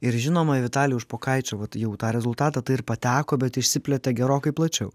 ir žinoma į vitalijaus špokaičio vat jau tą rezultatą tai ir pateko bet išsiplėtė gerokai plačiau